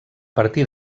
partir